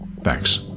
Thanks